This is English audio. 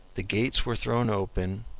the gates were thrown open,